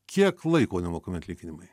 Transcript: kiek laiko nemokami atlyginimai